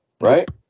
right